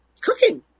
cooking